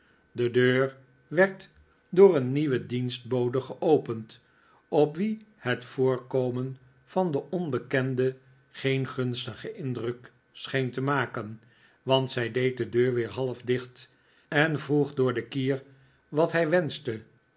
de deur werd door een nieuwe dienstbode geopend op wie het voorkomen van den onbekende geen gunstigen indruk scheen te maken want zij deed de deur weer half dicht en vroeg door de kier wat hij wenschte